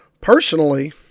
Personally